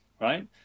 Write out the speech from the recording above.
right